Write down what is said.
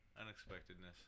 Unexpectedness